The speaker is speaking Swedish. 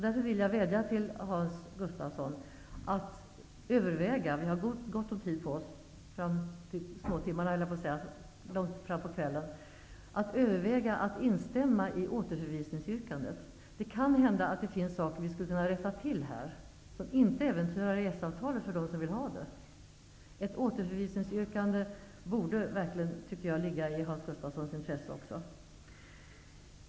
Jag vädjar därför till Hans Gustafsson att överväga -- vi har gott om tid på oss fram till sent på kvällen -- att instämma i återförvisningsyrkandet. Det kan hända att det finns saker som vi här skulle kunna rätta till, som inte äventyrar EES-avtalet för dem som vill ha det. En återförvisning tycker jag borde ligga i Hans Gustafssons intresse.